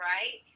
Right